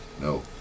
No